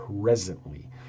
presently